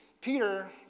Peter